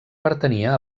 pertanyia